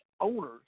owners